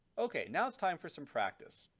okay, now it's time for some practice.